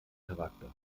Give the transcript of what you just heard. charakter